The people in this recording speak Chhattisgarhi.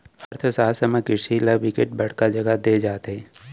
अर्थसास्त्र म किरसी ल बिकट बड़का जघा दे जाथे